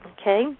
okay